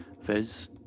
Viz